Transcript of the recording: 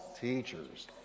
teachers